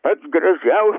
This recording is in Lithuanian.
pats gražiausias